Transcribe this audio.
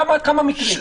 כמה מקרים?